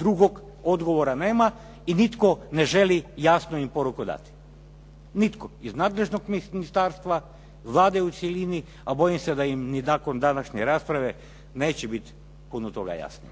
drugog odgovora nema i nitko ne želi jasnu im poruku dati. Nitko iz nadležnog ministarstva, Vlade u cjelini, a bojim se da im nakon današnje rasprave neće biti puno toga jasno.